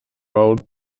old